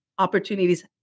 opportunities